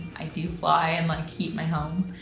i do fly, and like keep my home,